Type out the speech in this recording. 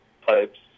pipes